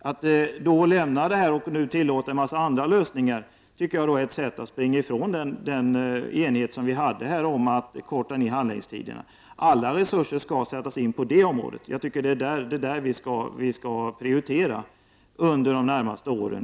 Att frångå detta beslut och tillåta en mängd andra lösningar tycker jag på något sätt är att avvika från den enighet som här har rått om att handläggningstiderna måste kortas ned. Alla resurser måste avsättas för att förverkliga detta. Det är således frågan om handläggningstiderna som vi måste prioritera under de närmaste åren.